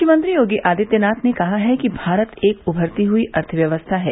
मुख्यमंत्री योगी आदित्यनाथ ने कहा कि भारत एक उमरती हुई अर्थव्यवस्था है